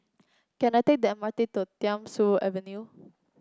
can I take the M R T to Thiam Siew Avenue